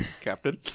Captain